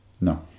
No